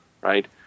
right